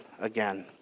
again